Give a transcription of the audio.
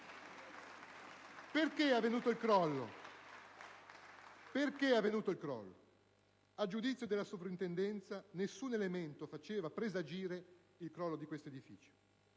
Perché è avvenuto il crollo? A giudizio della soprintendenza, nessun elemento faceva presagire il crollo dell'edificio,